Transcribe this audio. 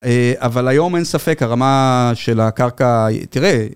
אבל היום אין ספק, הרמה של הקרקע, תראה.